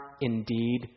indeed